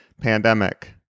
pandemic